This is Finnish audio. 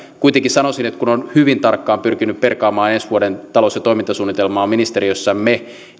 kuitenkin sanoisin kun olemme hyvin tarkkaan pyrkineet perkaamaan ensi vuoden talous ja toimintasuunnitelmaa ministeriössämme